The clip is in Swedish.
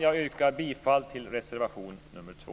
Jag yrkar bifall till reservation nr 2.